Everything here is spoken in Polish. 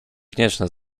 wdzięczny